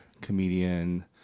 comedian